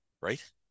right